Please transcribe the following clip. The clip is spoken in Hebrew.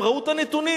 הם ראו את הנתונים.